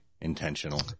intentional